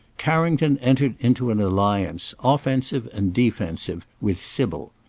carrington entered into an alliance, offensive and defensive, with sybil.